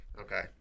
Okay